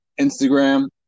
instagram